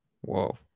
Whoa